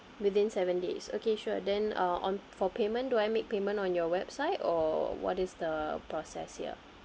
within seven days okay sure then uh on for payment do I make payment on your website or what is the process here